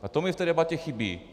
A to mi v té debatě chybí.